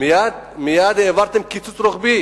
קיצוץ רוחבי